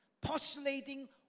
postulating